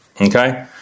Okay